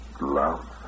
love